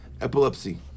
epilepsy